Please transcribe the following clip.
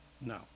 No